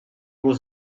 was